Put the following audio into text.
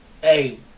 Hey